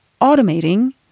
automating